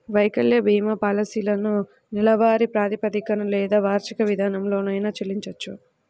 వైకల్య భీమా పాలసీలను నెలవారీ ప్రాతిపదికన లేదా వార్షిక విధానంలోనైనా చెల్లించొచ్చు